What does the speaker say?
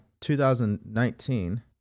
2019